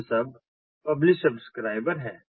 pub sub publish subscriber है